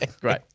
Great